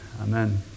Amen